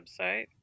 website